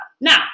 Now